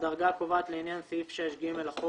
הדרגה הקובעת 3. הדרגה הקובעת לעניין סעיף 6(ג) לחוק